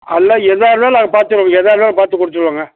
எல்லாம் எதாக இருந்தாலும் அதைப் பார்த்து எதாக இருந்தாலும் பார்த்து கொடுத்துருவோங்க